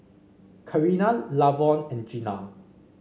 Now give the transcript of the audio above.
Karina Lavon and Gina